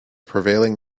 prevailing